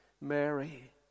Mary